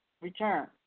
return